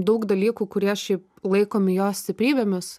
daug dalykų kurie šiaip laikomi jo stiprybėmis